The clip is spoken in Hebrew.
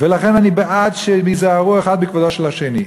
ולכן אני בעד שהם ייזהרו אחד בכבודו של השני,